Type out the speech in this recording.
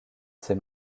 ses